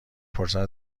پرسد